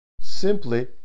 Simply